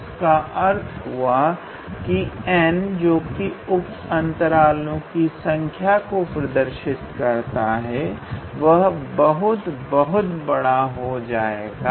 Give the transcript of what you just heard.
इसका अर्थ हुआ कि n जोकि उपअंतरालो की संख्या को प्रदर्शित करता है वह बहुत बहुत बड़ा हो जाएगा